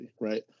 right